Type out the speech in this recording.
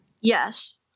Yes